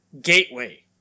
Gateway